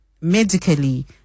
medically